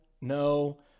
no